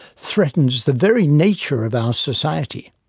threatens the very nature of our society.